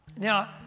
Now